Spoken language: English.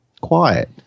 quiet